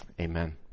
Amen